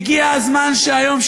הגיע הזמן שהיום,